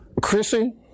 Chrissy